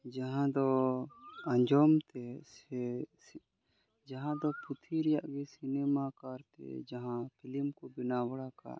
ᱡᱟᱦᱟᱸᱫᱚ ᱟᱸᱡᱚᱢ ᱥᱮ ᱡᱟᱦᱟᱸ ᱫᱚ ᱯᱩᱛᱷᱤ ᱨᱮᱭᱟᱜ ᱜᱮ ᱥᱤᱱᱮᱢᱟ ᱠᱟᱨ ᱛᱮ ᱡᱟᱦᱟᱸ ᱯᱷᱤᱞᱤᱢ ᱠᱚ ᱵᱮᱱᱟᱣ ᱵᱟᱲᱟᱣ ᱟᱠᱟᱫ